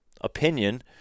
opinion